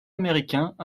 américains